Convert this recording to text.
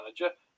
manager